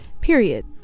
period